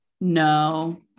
No